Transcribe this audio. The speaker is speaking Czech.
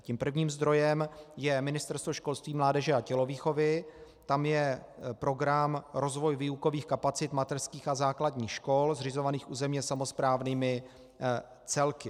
Tím prvním zdrojem je Ministerstvo školství, mládeže a tělovýchovy, tam je program Rozvoj výukových kapacit mateřských a základních škol zřizovaných územně samosprávnými celky.